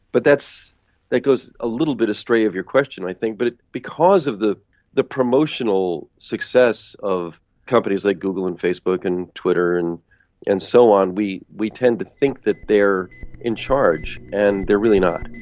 but that goes a little bit astray of your question, i think, but because of the the promotional success of companies like google and facebook and twitter and and so on, we we tend to think that they're in charge, and they're really not.